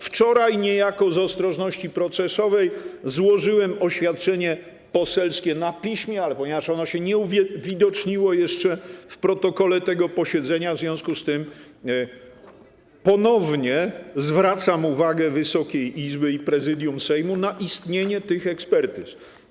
Wczoraj niejako z ostrożności procesowej złożyłem oświadczenie poselskie na piśmie, ale ponieważ ono się nie uwidoczniło jeszcze w protokole tego posiedzenia, w związku z tym ponownie zwracam uwagę Wysokiej Izby i Prezydium Sejmu na istnienie tych ekspertyz.